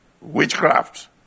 witchcraft